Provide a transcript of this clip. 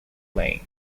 playing